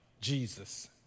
Jesus